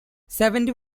seventy